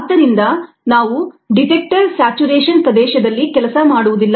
ಆದ್ದರಿಂದ ನಾವು detector saturation ಪ್ರದೇಶದಲ್ಲಿ ಕೆಲಸ ಮಾಡುವುದಿಲ್ಲ